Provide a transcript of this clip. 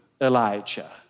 Elijah